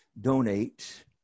donate